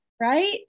Right